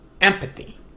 empathy